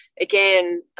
again